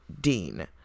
Dean